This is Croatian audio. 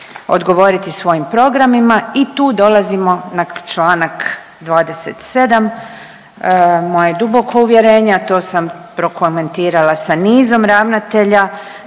odgovoriti svojim programima i tu dolazimo na Članka 27., moje je duboko uvjerenje, a to sam prokomentirala sa nizom ravnatelja